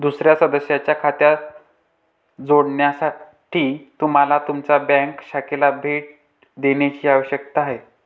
दुसर्या सदस्याच्या खात्यात जोडण्यासाठी तुम्हाला तुमच्या बँक शाखेला भेट देण्याची आवश्यकता आहे